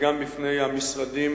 וגם בפני המשרדים